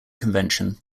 convention